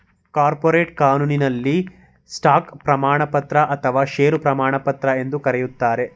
corporate ಕಾನೂನಿನಲ್ಲಿ stock ಪ್ರಮಾಣಪತ್ರ ಅಥವಾ ಶೇರು ಪ್ರಮಾಣಪತ್ರ ಎಂದು ಕರೆಯುತ್ತಾರೆ